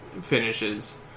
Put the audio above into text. finishes